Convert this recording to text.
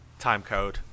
timecode